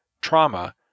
trauma